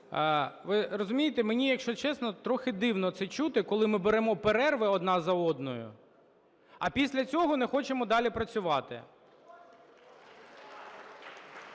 Ви розумієте, мені, якщо чесно, трохи дивно це чути, коли ми беремо перерви одна за одною, а після цього не хочемо далі працювати.